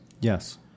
Yes